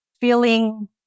feeling